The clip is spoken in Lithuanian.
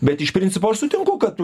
bet iš principo aš sutinku kad